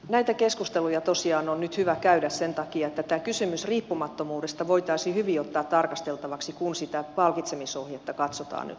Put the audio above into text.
näitä keskusteluja tosiaan on nyt hyvä käydä sen takia että tämä kysymys riippumattomuudesta voitaisiin hyvin ottaa tarkasteltavaksi kun sitä palkitsemisohjetta katsotaan nyt lähiaikoina